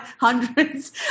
hundreds